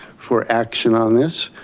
for action on this.